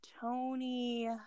Tony